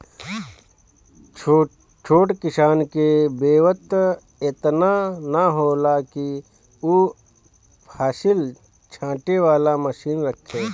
छोट किसान के बेंवत एतना ना होला कि उ फसिल छाँटे वाला मशीन रखे